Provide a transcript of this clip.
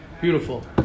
beautiful